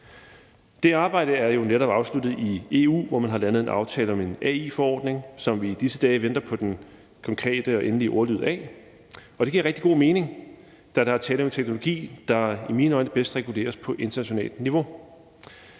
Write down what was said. Der er netop afsluttet et arbejde i EU, hvor man har landet en aftale om en AI-forordning, som vi i disse dage venter på den konkrete og endelige ordlyd af. Og det giver rigtig god mening, da der er tale om en teknologi, der i mine øjne bedst reguleres på internationalt niveau.